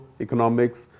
economics